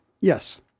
Yes